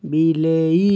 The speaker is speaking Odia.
ବିଲେଇ